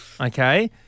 okay